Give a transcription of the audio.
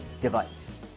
device